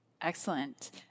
Excellent